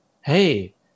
hey